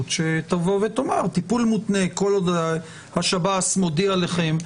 שתבוא ותאמר: טיפול מותנה כל עוד השב"ס מודיע לכם,